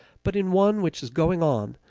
but in one which is going on,